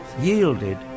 yielded